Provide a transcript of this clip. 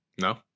No